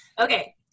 Okay